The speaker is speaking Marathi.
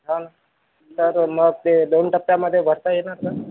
हो तर मग ते दोन टप्प्यांमध्ये भरता येणार का